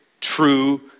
true